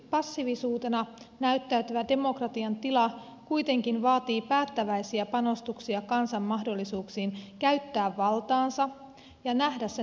äänestyspassiivisuutena näyttäytyvä demokratian tila kuitenkin vaatii päättäväisiä panostuksia kansan mahdollisuuksiin käyttää valtaansa ja nähdä sen vaikutukset